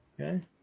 okay